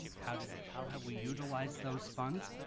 how did how have we utilize those funds,